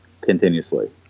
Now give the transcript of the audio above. continuously